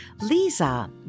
Lisa